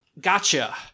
Gotcha